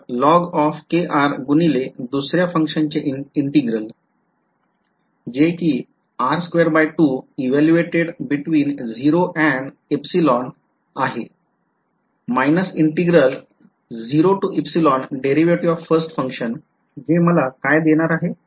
तर log गुणिले दुसऱ्या function चे Integral जे कि evaluated between 0 and आहे minus Integral 0 to derivative of first function जे मला काय देणार आहे